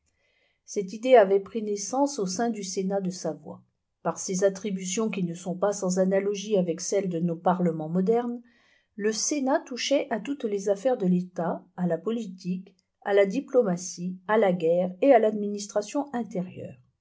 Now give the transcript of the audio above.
cette idée avait pris naissance au sein du sénat de savoie par ses attributions qui ne sont pas sans analogie avec celles de nos parlements modernes le sénat touchait à toutes les affaires de l'etat à la politique à la diplomatie à la guerre et à l'administration intérieure